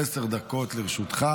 עשר דקות לרשותך,